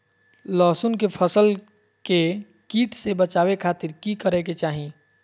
लहसुन के फसल के कीट से बचावे खातिर की करे के चाही?